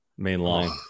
Mainline